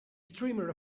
streamer